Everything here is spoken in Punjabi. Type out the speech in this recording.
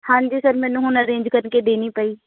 ਹਾਂਜੀ ਸਰ ਮੈਨੂੰ ਹੁਣ ਅਰੇਂਜ ਕਰਕੇ ਦੇਣੀ ਪਈ